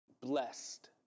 blessed